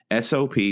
SOP